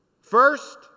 First